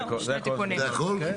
שני תיקונים.